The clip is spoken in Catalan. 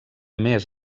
més